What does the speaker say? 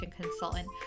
consultant